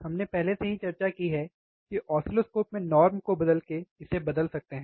हम पहले से ही चर्चा की है कि ऑसिलोस्कोप में नॉर्म को बदलकर इसे बदल सकते हैं